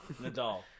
Nadal